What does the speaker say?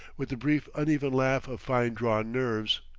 with the brief, uneven laugh of fine-drawn nerves.